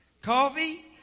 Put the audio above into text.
coffee